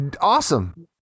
awesome